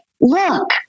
look